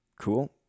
Cool